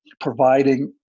providing